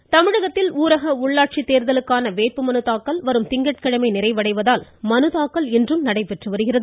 தேர்தல் வேட்புமனு தமிழகத்தில் ஊரக உள்ளாட்சித் தேர்தலுக்கான வேட்புமனு தாக்கல் வரும் திங்கட்கிழமை நிறைவடைவதால் மனுதாக்கல் இன்றும் நடைபெற்று வருகிறது